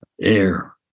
air